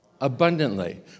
abundantly